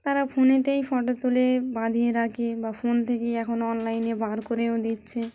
তারা ফোনেতেই ফটো তুলে বাঁধিয়ে রাখে বা ফোন থেকেই এখন অনলাইনে বার করেও দিচ্ছে